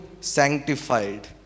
sanctified